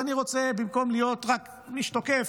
ואני רוצה, במקום להיות רק מי שתוקף,